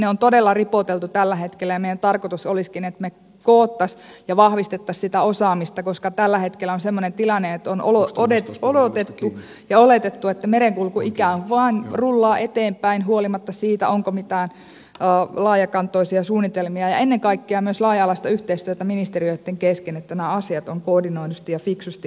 ne ovat todella ripotellut tällä hetkellä ja meidän tarkoituksemme olisikin että me kokoaisimme ja vahvistaisimme sitä osaamista koska tällä hetkellä on semmoinen tilanne että on odotettu ja oletettu että merenkulku ikään kuin vain rullaa eteenpäin huolimatta siitä onko mitään laajakantoisia suunnitelmia ja ennen kaikkea myös laaja alaista yhteistyötä ministeriöitten kesken sillä tavalla että nämä asiat on koordinoidusti ja fiksusti hoidettu